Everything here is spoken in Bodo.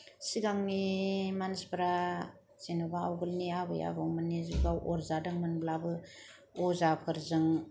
सिगांनि मानसिफोरा जेनबा आवगोलनि आबै आबौमोननि जुगाव अरजादोंमोनब्लाबो अजाफोरजों